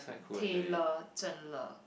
Tayle Zhen-Le